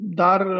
dar